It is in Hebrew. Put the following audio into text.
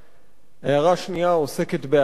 ההערה השנייה עוסקת בהערכה,